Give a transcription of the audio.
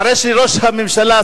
אחרי שראש הממשלה,